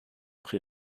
pris